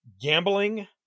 gambling